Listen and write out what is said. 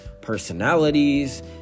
personalities